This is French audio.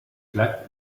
plaques